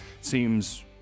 seems